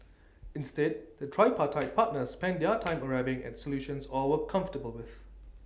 instead the tripartite partners spent their time arriving at solutions all were comfortable with